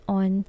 on